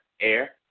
air